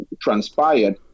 transpired